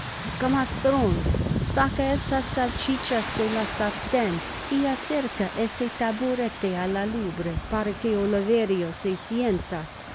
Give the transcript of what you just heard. camastrón saca esas salsichas de la sarten y acerca ese taburete á la lumbre para que oliverio se sienta